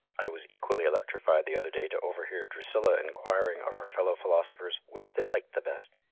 i was equally electrified the other day to overhear drusilla enquiring of her fellow philosophers which they liked the best,